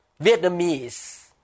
Vietnamese